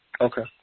Okay